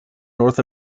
north